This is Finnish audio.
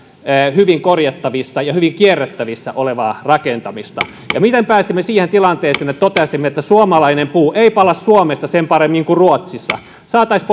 hyvin korjattavissa ja hyvin kierrätettävissä olevaa rakentamista ja miten pääsemme siihen tilanteeseen että toteaisimme että suomalainen puu ei pala suomessa sen paremmin kuin ruotsissa saataisiin